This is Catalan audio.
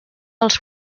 els